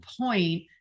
point